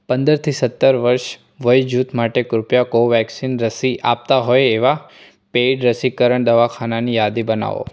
પંદરથી સત્તર વર્ષ વયજૂથ માટે કૃપયા કોવેક્સિન રસી આપતાં હોય એવાં પેઈડ રસીકરણ દવાખાનાંની યાદી બનાવો